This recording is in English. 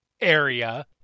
area